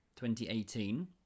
2018